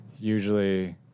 usually